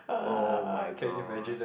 oh-my-god